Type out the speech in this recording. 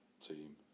team